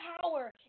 power